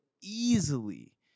easily